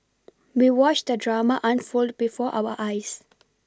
we watched the drama unfold before our eyes